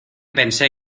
pensé